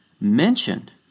mentioned